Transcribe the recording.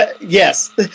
yes